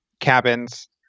cabins